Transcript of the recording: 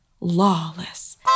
lawless